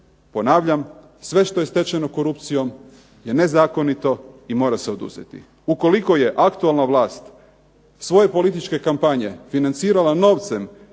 ponavljam sve što je stečeno korupcijom je nezakonito i mora se oduzeti. Ukoliko je aktualna vlast svoje političke kampanje financirala novcem